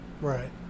Right